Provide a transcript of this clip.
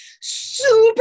super